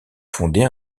fondé